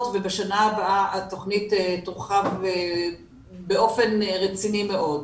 ובשנה הבאה התכנית תורחב באופן רציני מאוד.